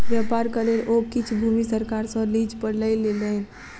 व्यापारक लेल ओ किछ भूमि सरकार सॅ लीज पर लय लेलैन